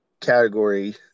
category